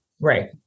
right